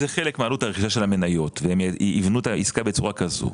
זה חלק מעלות הרכישה של המניות והם בנו את העסקה בצורה כזאת.